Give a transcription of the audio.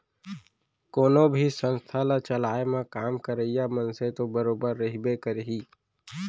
कोनो भी संस्था ल चलाए म काम करइया मनसे तो बरोबर रहिबे करही